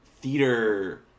theater